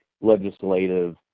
legislative